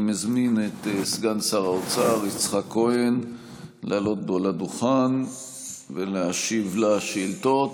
אני מזמין את סגן שר האוצר יצחק כהן לעלות לדוכן ולהשיב על השאילתות.